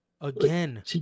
Again